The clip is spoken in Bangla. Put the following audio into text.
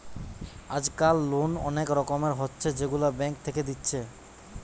আজকাল লোন অনেক রকমের হচ্ছে যেগুলা ব্যাঙ্ক থেকে দিচ্ছে